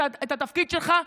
את התפקיד שלך,